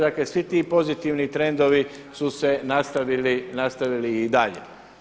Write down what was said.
Dakle svi ti pozitivni trendovi su se nastavili i dalje.